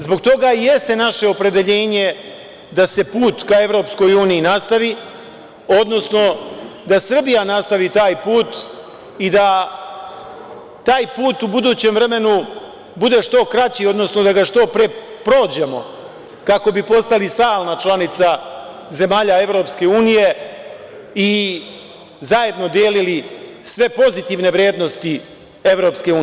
Zbog toga i jeste naše opredeljenje da se put ka EU nastavi, odnosno da Srbija nastavi taj put i da taj put u budućem vremenu bude što kraći, odnosno da ga što pre prođemo kako bi postali stalna članica zemalja EU i zajedno delili sve pozitivne vrednosti EU.